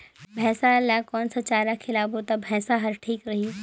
भैसा ला कोन सा चारा खिलाबो ता भैंसा हर ठीक रही?